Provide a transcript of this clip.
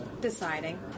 deciding